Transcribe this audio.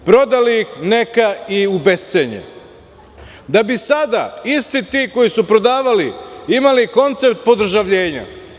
Prodali ih, neka i u bescelje, da bi sada isti ti koji su prodavali imali koncept podržavljenja.